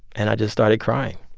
and i just started crying.